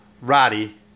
Roddy